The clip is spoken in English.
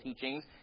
teachings